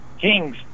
Kings